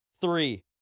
three